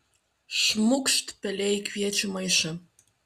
šmūkšt pelė į kviečių maišą